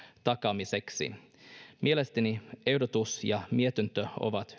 takaamiseksi mielestäni ehdotus ja mietintö ovat